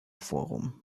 forum